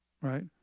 right